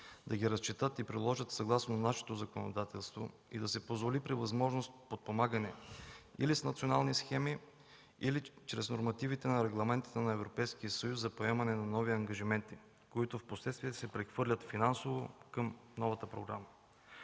да ги разчетат и приложат съгласно нашето законодателство и да се позволи при възможност подпомагане или с национални схеми, или чрез нормативите на регламентите на Европейския съюз за поемане на нови ангажименти, които впоследствие се прехвърлят финансово към новата програма.